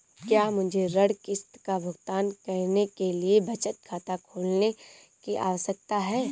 क्या मुझे ऋण किश्त का भुगतान करने के लिए बचत खाता खोलने की आवश्यकता है?